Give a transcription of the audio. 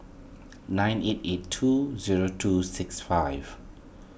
nine eight eight two zero two six five